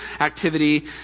activity